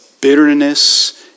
bitterness